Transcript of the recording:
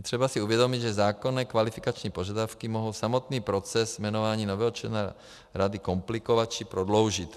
Je třeba si uvědomit, že zákonné kvalifikační požadavky mohou samotný proces jmenování nového člena rady komplikovat či prodloužit.